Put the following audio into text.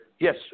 Yes